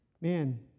Man